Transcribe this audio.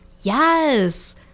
Yes